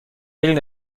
regeln